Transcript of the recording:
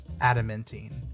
adamantine